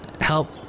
Help